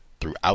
throughout